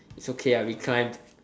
it's okay lah we climbed